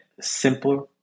simpler